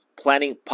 planning